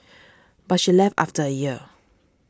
but she left after a year